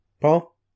Paul